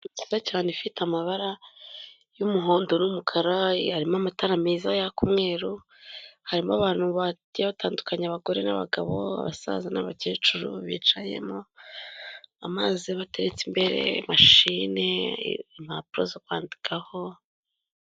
Nziza cyane ifite amabara y'umuhondo n'umukara, harimo amatara meza yaka umweru, harimo abantu bagiye batandukanya abagore n'abagabo, abasaza n'abakecuru bicayemo, amazi abateretse imbere, mashine, impapuro zo kwandikaho.